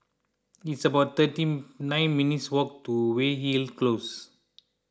it's about thirty nine minutes' walk to Weyhill Close